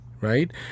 right